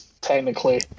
technically